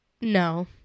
No